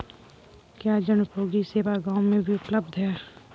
क्या जनोपयोगी सेवा गाँव में भी उपलब्ध है?